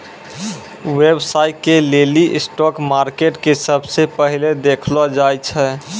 व्यवसाय के लेली स्टाक मार्केट के सबसे पहिलै देखलो जाय छै